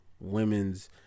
Women's